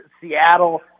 Seattle